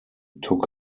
took